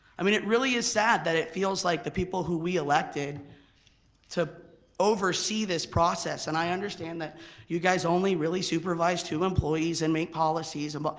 i mean it really is sad that it feels like the people who we elected to oversee this process, and i understand that you guys only really supervise two employees and make policies and but